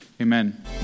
Amen